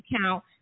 account